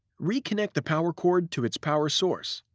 reconnect the power cord to its power source.